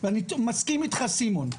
ואני מסכים איתך סימון,